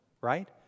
right